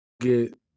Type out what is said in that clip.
get